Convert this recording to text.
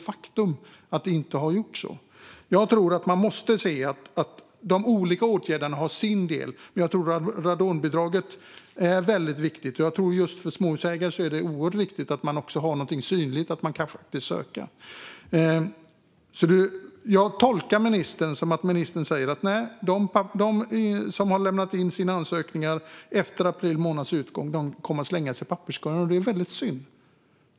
Vi måste se att varje åtgärd spelar roll, och jag tror att möjligheten för småhusägare att ansöka om radonbidrag är väldigt viktig. Jag tolkar ministerns svar som att alla ansökningar efter april månads utgång kommer att slängas i papperskorgen. Det är synd.